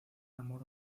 amor